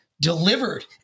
delivered